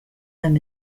them